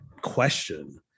question